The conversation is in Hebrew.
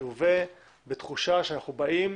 ילווה בתחושה שאנחנו באים